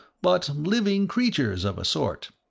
but living creatures of a sort.